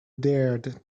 dared